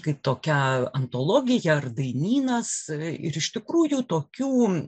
kaip tokia antologija ar dainynas ir iš tikrųjų tokių